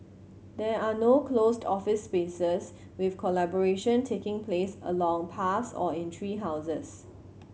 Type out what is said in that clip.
there are no closed office spaces with collaboration taking place along paths or in tree houses